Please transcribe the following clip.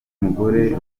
mugore